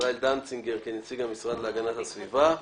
ישראל דנציגר, כנציג המשרד להגנת הסביבה,